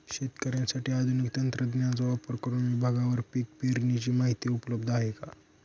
शेतकऱ्यांसाठी आधुनिक तंत्रज्ञानाचा वापर करुन विभागवार पीक पेरणीची माहिती उपलब्ध आहे का?